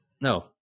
no